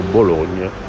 Bologna